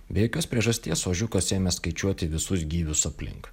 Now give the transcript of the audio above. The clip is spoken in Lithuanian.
be jokios priežasties ožiukas ėmė skaičiuoti visus gyvius aplink